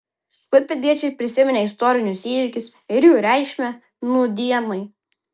klaipėdiečiai prisiminė istorinius įvykius ir jų reikšmę nūdienai